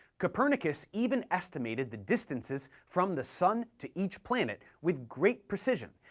copernicus even estimated the distances from the sun to each planet with great precision,